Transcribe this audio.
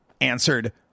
answered